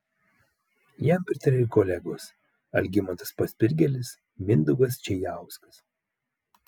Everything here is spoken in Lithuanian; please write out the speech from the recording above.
jam pritarė ir kolegos algimantas paspirgėlis mindaugas čėjauskas